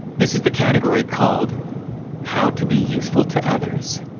this is the category called how to be useful to others.